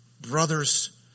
brothers